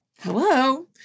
hello